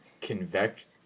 convection